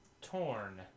Torn